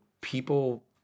people